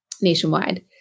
nationwide